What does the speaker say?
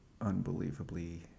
unbelievably